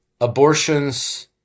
abortions